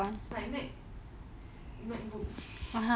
like mac Macbook